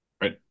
Right